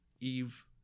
Eve